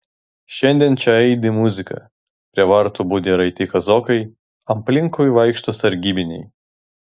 šiandien čia aidi muzika prie vartų budi raiti kazokai aplinkui vaikšto sargybiniai